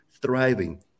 thriving